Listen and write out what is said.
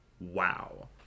Wow